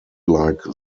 like